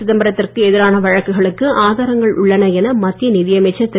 சிதம்பரத்திற்கு எதிரான வழக்குகளுக்கு ஆதாரங்கள் உள்ளன என மத்திய நிதியமைச்சர் திரு